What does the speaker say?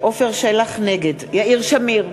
נגד יאיר שמיר,